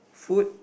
food